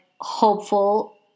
hopeful